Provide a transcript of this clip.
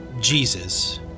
Jesus